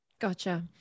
gotcha